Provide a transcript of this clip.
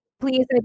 please